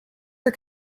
for